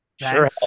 sure